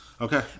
Okay